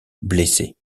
blessés